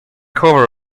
cover